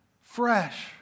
fresh